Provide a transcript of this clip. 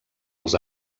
els